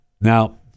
Now